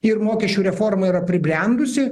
ir mokesčių reforma yra pribrendusi